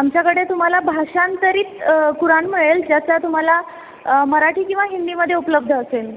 आमच्याकडे तुम्हाला भाषांतरित कुराण मिळेल ज्याचा तुम्हाला मराठी किंवा हिंदीमध्ये उपलब्ध असेल